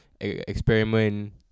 experiment